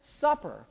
supper